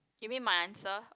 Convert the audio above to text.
give me my answer